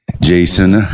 Jason